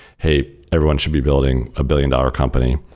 hey, everyone should be building a billion-dollar company.